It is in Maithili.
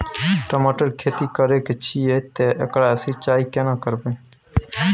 टमाटर की खेती करे छिये ते एकरा सिंचाई केना करबै?